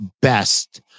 best